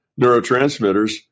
neurotransmitters